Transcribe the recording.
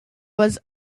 was